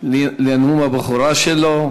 חבר הכנסת דני עטר, לנאום הבכורה שלו.